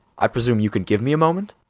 i presume you can give me a moment?